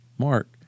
Mark